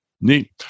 Neat